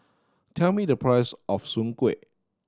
tell me the price of soon kway